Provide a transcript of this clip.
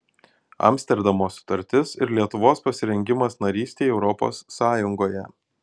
amsterdamo sutartis ir lietuvos pasirengimas narystei europos sąjungoje